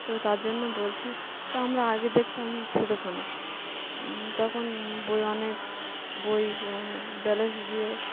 তো তার জন্য বলছি তো আমরা আগে দেখতাম ছোট ফোনে তখন বই অনেক বই ব্যালেন্স দিয়ে